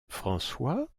françois